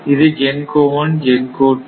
இது GENCO 1 GENCO 2